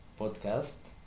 Podcast